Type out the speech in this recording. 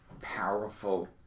powerful